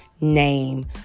name